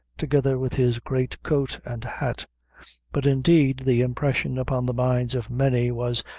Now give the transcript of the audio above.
together with his great coat and hat but indeed, the impression upon the minds of many was,